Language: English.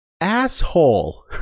asshole